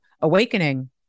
awakening